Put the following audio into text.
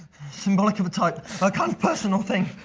symbolic of a type, a kind of person or thing.